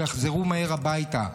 שיחזרו מהר הביתה.